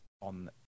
on